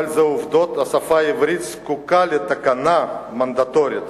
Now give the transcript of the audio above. אבל זו עובדה: השפה העברית זקוקה לתקנה מנדטורית.